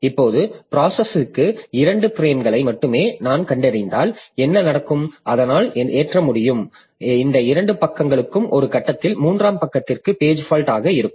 இப்போது ப்ராசஸ்க்கு இரண்டு பிரேம்களை மட்டுமே நான் கண்டறிந்தால் என்ன நடக்கும் அதனால் ஏற்ற முடியும் இந்த இரண்டு பக்கங்களும் ஒரு கட்டத்தில் மூன்றாம் பக்கத்திற்கு பேஜ் ஃபால்ட் ஆக இருக்கும்